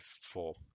four